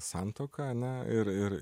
santuoka ane ir ir